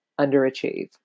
underachieve